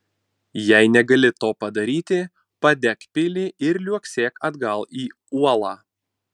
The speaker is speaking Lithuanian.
jei negali to padaryti padek pilį ir liuoksėk atgal į uolą